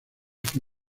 que